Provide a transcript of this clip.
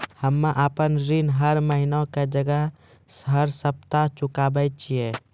हम्मे आपन ऋण हर महीना के जगह हर सप्ताह चुकाबै छिये